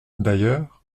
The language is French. d’ailleurs